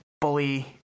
bully